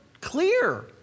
Clear